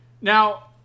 Now